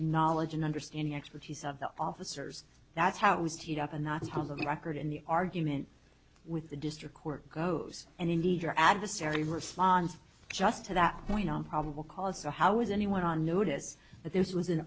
knowledge and understanding expertise of the officers that's how it was teed up and that's how the record in the argument with the district court goes and indeed your adversary response just to that point on probable cause so how is anyone on notice that this was an